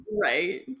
right